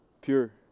Pure